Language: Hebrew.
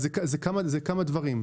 זה כמה דברים.